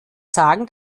sagen